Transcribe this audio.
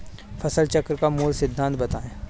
फसल चक्र का मूल सिद्धांत बताएँ?